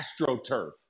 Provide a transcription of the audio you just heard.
AstroTurf